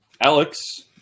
Alex